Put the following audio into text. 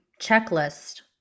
checklist